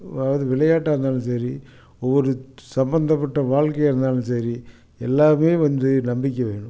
அதாவது விளையாட்டாக இருந்தாலும் சரி ஒரு சம்மந்தப்பட்ட வாழ்க்கையா இருந்தாலும் சரி எல்லாமே வந்து நம்பிக்கை வேணும்